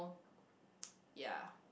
ya